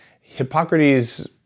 Hippocrates